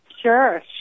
Sure